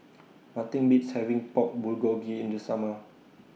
Nothing Beats having Pork Bulgogi in The Summer